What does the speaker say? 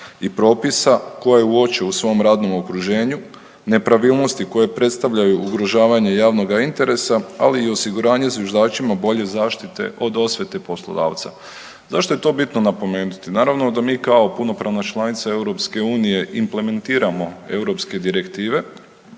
i propisa koje uoče u svom radnom okruženju, nepravilnosti koje predstavljaju ugrožavanje javnoga interesa, ali i osiguranje zviždačima bolje zaštite od osvete poslodavca. Zašto je to bitno napomenuti? Naravno da mi kao punopravna članica EU implementiramo europske direktive,